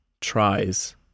tries